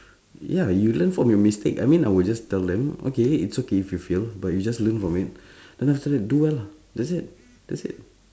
ya you learn from your mistake I mean I would just tell them okay it's okay if you fail but you just learn from it then after that do well lah that's it that's it